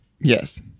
Yes